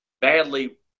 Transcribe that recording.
badly